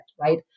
right